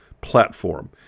platform